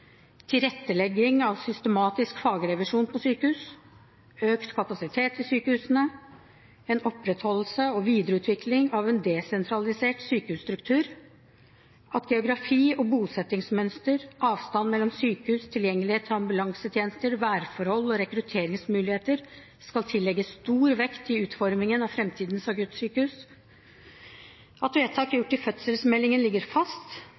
tilrettelegging av systematisk fagrevisjon på sykehus økt kapasitet i sykehusene en opprettholdelse og videreutvikling av en desentralisert sykehusstruktur at geografi og bosettingsmønster, avstand mellom sykehus, tilgjengelighet til ambulansetjenester, værforhold og rekrutteringsmuligheter skal tillegges stor vekt i utformingen av framtidens akuttsykehus at vedtak gjort i fødselsmeldingen ligger fast